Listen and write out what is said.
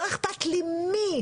לא אכפת לי מי.